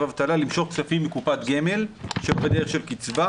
אבטלה למשוך כספים מקופת גמל שלא בדרך של קצבה